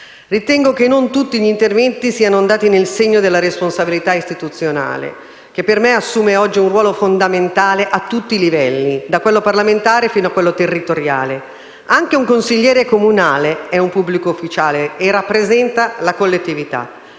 Ritengo che non tutti gli interventi siano andati nel senso della responsabilità istituzionale, che per me assume oggi un ruolo fondamentale a tutti i livelli: da quello parlamentare fino al livello territoriale. Anche un consigliere comunale è un pubblico ufficiale e rappresenta la collettività.